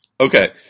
Okay